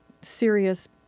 serious